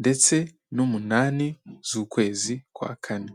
ndetse n'umunani z'ukwezi kwa kane.